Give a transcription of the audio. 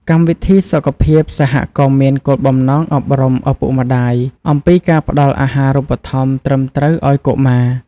កម្មវិធីសុខភាពសហគមន៍មានគោលបំណងអប់រំឪពុកម្តាយអំពីការផ្ដល់អាហាររូបត្ថម្ភត្រឹមត្រូវឱ្យកុមារ។